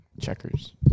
Checkers